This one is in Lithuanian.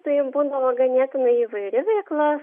tai būdavo ganėtinai įvairi veikla